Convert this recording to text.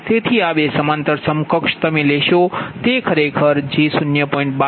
તેથી આ બે સમાંતર સમકક્ષ તમે લેશો તે ખરેખર j 0